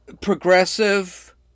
progressive